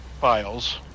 files